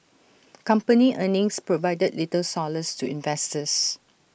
company earnings provided little solace to investors